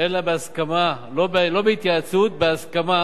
אלא בהסכמה, לא בהתייעצות, בהסכמה